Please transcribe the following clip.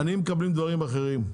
העניים מקבלים דברים אחרים.